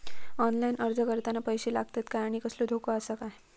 Online अर्ज करताना पैशे लागतत काय आनी कसलो धोको आसा काय?